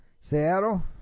Seattle